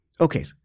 Okay